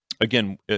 Again